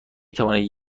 توانید